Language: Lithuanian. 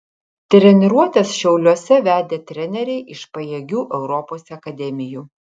treniruotes šiauliuose vedė treneriai iš pajėgių europos akademijų